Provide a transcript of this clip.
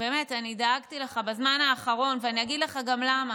אני באמת דאגתי לך בזמן האחרון, ואגיד לך גם למה.